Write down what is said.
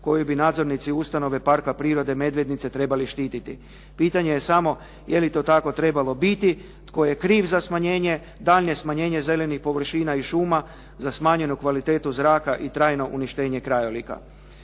koju bi nadzornicu ustanove Parka prirode “Medvednice“ trebali štititi. Pitanje je samo je li to tako trebalo biti? Tko je kriv za manjenje, daljnje smanjenje zelenih površina i šuma za smanjenu kvalitetu zraka i trajno uništenje krajolika.